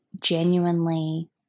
genuinely